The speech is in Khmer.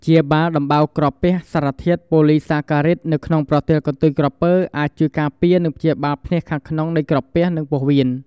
ព្យាបាលដំបៅក្រពះ សារធាតុ "ប៉ូលីសាការីដ" នៅក្នុងប្រទាលកន្ទុយក្រពើអាចជួយការពារ និងព្យាបាលភ្នាសខាងក្នុងនៃក្រពះ និងពោះវៀន។